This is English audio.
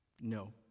No